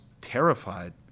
terrified